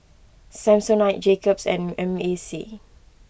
Samsonite Jacob's and M A C